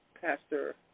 Pastor